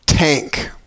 tank